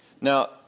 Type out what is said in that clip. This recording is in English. Now